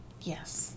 Yes